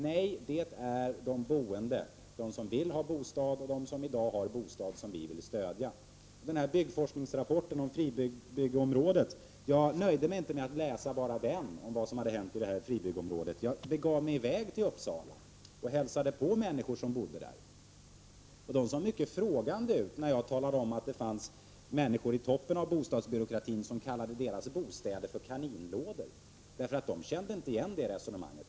Nej, det är de boende, de som vill ha bostad och de som i dag har bostad, som vi vill stödja. När det gäller byggforskningsrapporten om fribyggeområdet nöjde jag mig inte med att läsa bara den om vad som hade hänt i fribyggeområdet. Jag begav mig i väg till Uppsala och hälsade på människor som bodde där. De såg mycket frågande ut när jag talade om att det fanns människor i toppen av bostadsbyråkratin som kallade deras bostäder för kaninlådor. De kände inte igen det resonemanget.